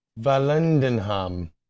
Valendenham